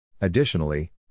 Additionally